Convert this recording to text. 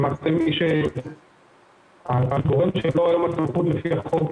אני לא יודעת אם אתה יכול לשפר קצת ולמה לא שומעים אותך טוב.